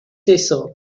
eso